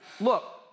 look